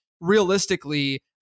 realistically